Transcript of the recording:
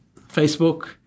Facebook